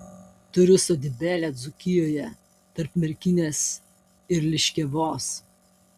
turiu sodybėlę dzūkijoje tarp merkinės ir liškiavos